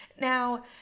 Now